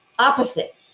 opposite